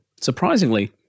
Surprisingly